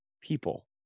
people